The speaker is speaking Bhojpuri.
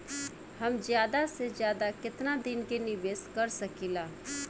हम ज्यदा से ज्यदा केतना दिन के निवेश कर सकिला?